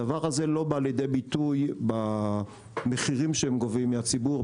הדבר הזה לא בא לידי ביטוי במחירים שהם גובים מהציבור,